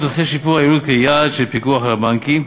נושא שיפור היעילות כיעד של הפיקוח על הבנקים,